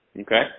Okay